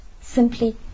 simply